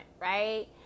right